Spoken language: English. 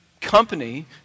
company